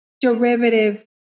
derivative